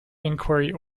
inquiry